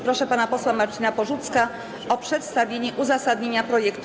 Proszę pana posła Marcina Porzucka o przedstawienie uzasadnienia projektu